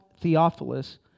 Theophilus